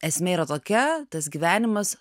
esmė yra tokia tas gyvenimas